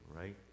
right